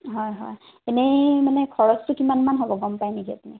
হয় হয় এনেই মানে খৰছটো কিমান মান হ'ব গম পাই নেকি আপুনি